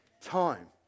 time